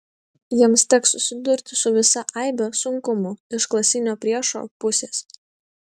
jiems teks susidurti su visa aibe sunkumų iš klasinio priešo pusės